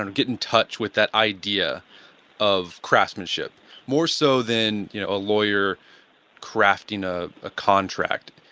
and get in touch with that idea of craftsmanship more so than you know a lawyer crafting ah a contract,